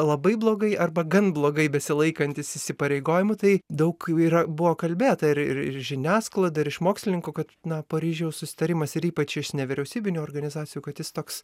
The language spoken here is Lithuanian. labai blogai arba gan blogai besilaikantis įsipareigojimų tai daug yra buvo kalbėta ir ir ir žiniasklaida ir iš mokslininkų kad na paryžiaus susitarimas ir ypač iš nevyriausybinių organizacijų kad jis toks